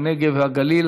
הנגב והגליל,